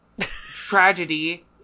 tragedy